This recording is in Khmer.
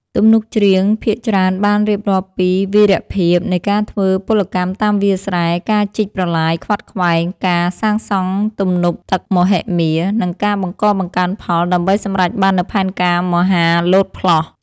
ទំនុកច្រៀងភាគច្រើនបានរៀបរាប់ពីវីរភាពនៃការធ្វើពលកម្មតាមវាលស្រែ ការជីកប្រឡាយខ្វាត់ខ្វែង ការសាងសង់ទំនប់ទឹកមហិមា និងការបង្កបង្កើនផលដើម្បីសម្រេចបាននូវផែនការមហាលោតផ្លោះ។